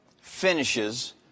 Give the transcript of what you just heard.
finishes